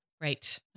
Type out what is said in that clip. Right